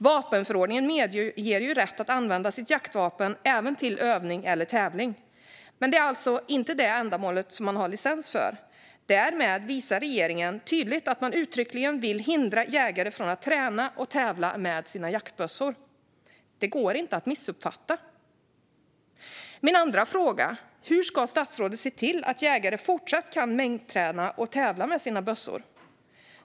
Vapenförordningen medger ju rätt att använda jaktvapen även till övning eller tävling, men det är alltså inte det ändamålet som man har licens för. Därmed visar regeringen tydligt att den uttryckligen vill hindra jägare från att träna och tävla med sina jaktbössor. Det går inte att missuppfatta! Min andra fråga: Hur ska statsrådet se till att jägare även fortsättningsvis kan mängdträna och tävla med sina bössor?